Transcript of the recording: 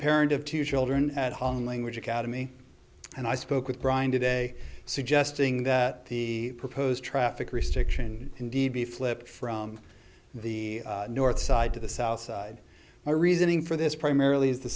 parent of two children at home language academy and i spoke with brian today suggesting that the proposed traffic restriction indeed be flipped from the north side to the south side my reasoning for this primarily is the